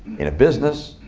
in a business,